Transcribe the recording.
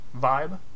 vibe